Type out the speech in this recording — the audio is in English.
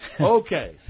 Okay